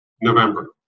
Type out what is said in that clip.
November